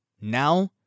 now